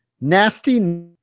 Nasty